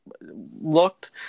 looked